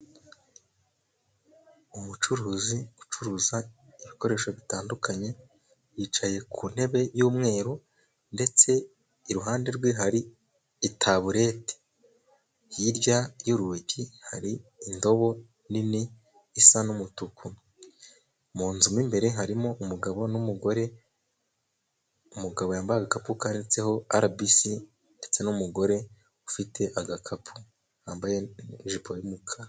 Umucuruzi ucuruza ibikoresho bitandukanye yicaye ku ntebe y'umweru ndetse iruhande rwe hari itabureti hirya y'urugi hari indobo nini isa n'umutuku. Mu nzu mo imbere harimo umugabo n'umugore, umugabo yambaye agapu kanditseho RBC ndetse n'umugore ufite agakapu wambaye n'ijipo y'umukara.